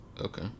Okay